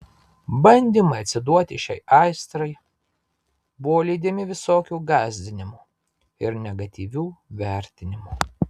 bandymai atsiduoti šiai aistrai buvo lydimi visokių gąsdinimų ir negatyvių vertinimų